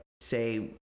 say